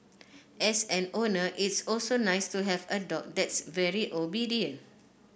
as an owner it's also nice to have a dog that's very obedient